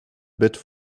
bête